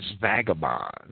vagabond